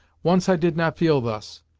once i did not feel thus,